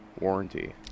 warranty